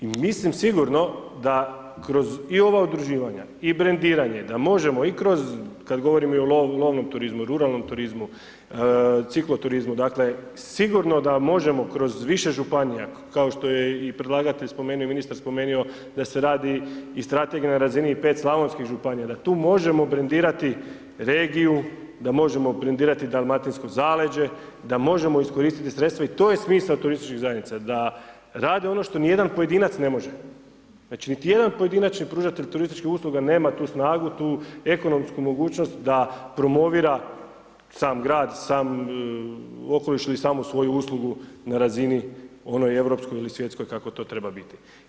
I mislim sigurno, da kroz i ova udruživanja i brendiranja da možemo i kroz kada govorimo i o lovnom turizmu, ruralnom turizmu, ciklo turizmu, dakle, sigurno da možemo kroz više županija kao što je i predlagatelj spomenuo, ministar spomenuo da se radi i strategija na razini 5 Slavonskih županija, da tu možemo brendirati regiju, da možemo brendirati dalmatinsko zaleđe, da možemo iskoristiti sredstva i to je smisao turističkih zajednica da rade ono što niti jedan pojedinac ne može, znači, niti jedan pojedinačni pružatelj turističkih usluga nema tu snagu, tu ekonomsku mogućnost da promovira sam grad, sam okoliš ili samu svoju uslugu na razini onoj europskoj ili svjetskoj, kako to treba biti.